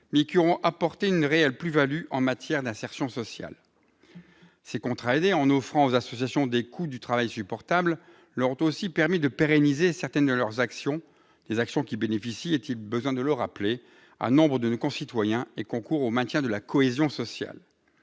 mais qui auront apporté une réelle plus-value en matière d'insertion sociale. En offrant aux associations des coûts du travail supportables, ces contrats leur ont aussi permis de pérenniser certaines de leurs actions, qui bénéficient- est-il besoin de le rappeler ? -à nombre de nos concitoyens et concourent au maintien de la cohésion sociale.